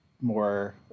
more